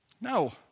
No